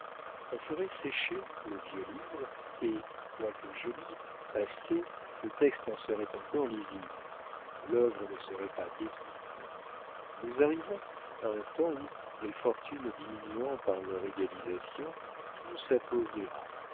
on ferait sécher le vieux livre et quoique jauni passé le texte en serait encore lisible l'œuvre ne serait pas détruite nous arrivons à un temps où les fortunes diminuant par leur égalisation tout s'appauvrira